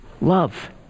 love